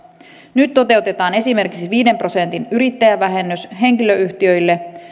nyt toteutetaan esimerkiksi viiden prosentin yrittäjävähennys henkilöyhtiöille